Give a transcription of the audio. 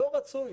לא רצוי.